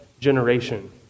generation